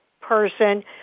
person